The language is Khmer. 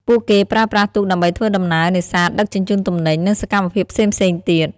ពួកគេប្រើប្រាស់ទូកដើម្បីធ្វើដំណើរ នេសាទ ដឹកជញ្ជូនទំនិញ និងសកម្មភាពផ្សេងៗទៀត។